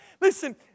Listen